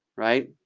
right?